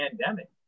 pandemic